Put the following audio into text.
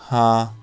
ہاں